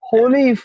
Holy